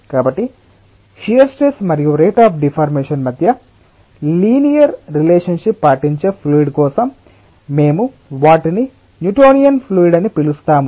కాబట్టి shear stress మరియు rate of deformation మధ్య లీనియర్ రిలేషన్షిప్ పాటించే ఫ్లూయిడ్ కోసం మేము వాటిని న్యూటోనియన్ ఫ్లూయిడ్ అని పిలుస్తాము